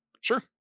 Sure